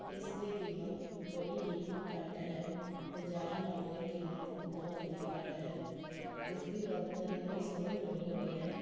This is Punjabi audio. ਇਸ ਦੀ ਕੀਮਤ ਬੜੀ ਹੀ ਘੱਟ ਹੈ ਬਾਜ਼ਾਰ ਨਾਲੋਂ ਇਹ ਕੀਮਤ ਬਹੁਤ ਹੀ ਘੱਟ ਹੈ ਇਸ ਦੀ ਬਣਤਰ ਇੰਨੀ ਸੋਹਣੀ ਬਣੀ ਹੋਈ ਹੈ